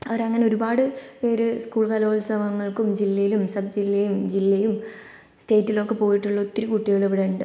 അവർ അങ്ങനെ ഒരുപാട് പേര് സ്കൂൾ കലോത്സവങ്ങൾക്കും ജില്ലയിലും സബ് ജില്ലയും ജില്ലയും സ്റ്റേറ്റിലും ഒക്കെ പോയിട്ടുള്ള ഒത്തിരി കുട്ടികൾ ഇവിടെയുണ്ട്